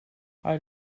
hij